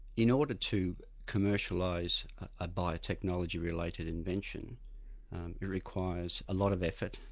in order to commercialise a biotechnology related invention, it requires a lot of effort,